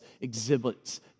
exhibits